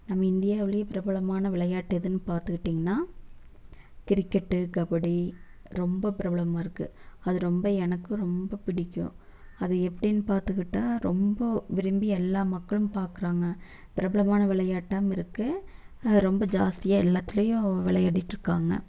நம்ம இந்தியாவிலே பிரபலமான விளையாட்டு எதுன்னு பார்த்துக்கிட்டிங்கனா கிரிக்கெட்டு கபடி ரொம்ப பிரபலமாக இருக்குது அது ரொம்ப எனக்கு ரொம்ப பிடிக்கும் அது எப்படின்னு பார்த்துக்கிட்டா ரொம்ப விரும்பி எல்லா மக்களும் பார்க்குறாங்க பிரபலமான விளையாட்டாகவும் இருக்குது ரொம்ப ஜாஸ்த்தியாக எல்லாத்திலையும் விளையாடிகிட்டு இருக்காங்கள்